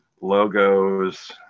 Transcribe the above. logos